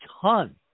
ton